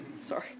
Sorry